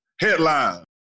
headline